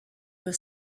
were